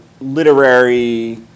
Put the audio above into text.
literary